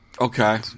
Okay